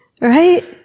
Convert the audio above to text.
Right